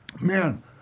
man